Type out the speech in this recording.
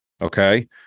Okay